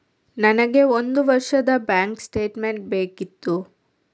ನನಗೆ ಒಂದು ವರ್ಷದ ಬ್ಯಾಂಕ್ ಸ್ಟೇಟ್ಮೆಂಟ್ ಬೇಕಿತ್ತು